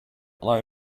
allow